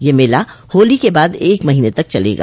यह मेला होली के बाद एक महीने तक चलेगा